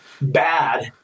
bad